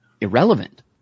irrelevant